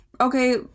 okay